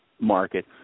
market